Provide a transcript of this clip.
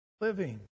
living